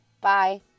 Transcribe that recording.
bye